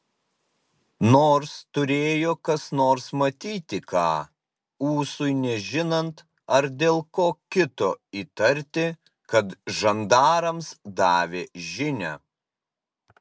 nors turėjo kas nors matyti ką ūsui nežinant ar dėl ko kito įtarti kad žandarams davė žinią